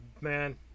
man